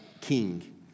king